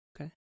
okay